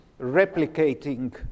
replicating